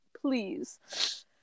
please